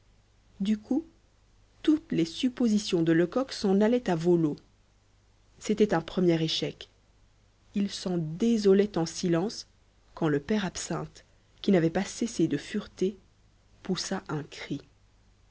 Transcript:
du coup toutes les suppositions de lecoq s'en allaient à vau leau c'était un premier échec il s'en désolait en silence quand le père absinthe qui n'avait pas cessé de fureter poussa un cri